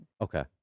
Okay